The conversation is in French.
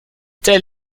tel